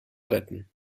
retten